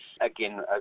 Again